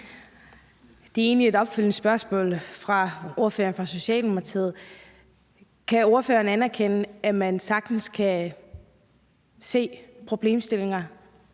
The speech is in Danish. Det er egentlig et opfølgende spørgsmål på ordføreren fra Socialdemokratiets spørgsmål: Kan ordføreren anerkende, at man sagtens kan se problemstillinger,